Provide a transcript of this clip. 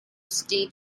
ski